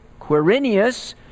Quirinius